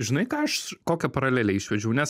žinai ką aš kokią paralelę išvedžiau nes